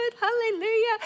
Hallelujah